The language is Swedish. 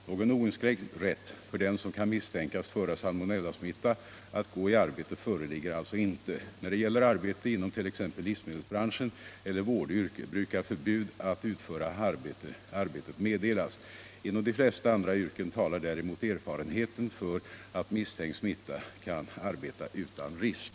Någon oinskränkt rätt för den som kan misstänkas föra salmonellasmitta att gå i arbete föreligger alltså inte. När det gäller arbete inom t.ex. livsmedelsbranschen eller vårdyrke brukar förbud att utföra arbetet meddelas. Inom de flesta andra yrken talar däremot erfarenheten för att misstänkt smittad kan arbeta utan risk.